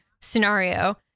scenario